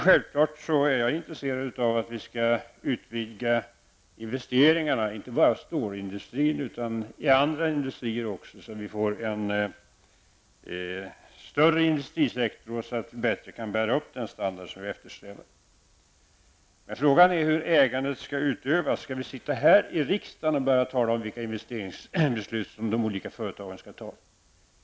Självfallet är jag intresserad av att vi skall öka investeringarna, inte bara i stålindustrin utan även i andra industrier, så att vi får en större industrisektor och därmed bättre förutsättningar att uppnå den standard som vi eftersträvar. Frågan är hur ägandet skall utövas. Skall vi här i riksdagen tala om vilka investeringsbeslut som de olika företagen skall fatta?